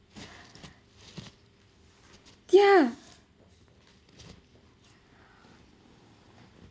yeah